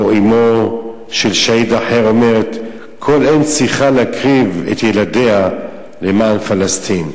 או אמו של שהיד אחר אומרת: כל אם צריכה להקריב את ילדיה למען פלסטין.